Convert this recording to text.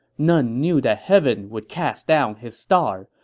none knew that heaven would cast down his star,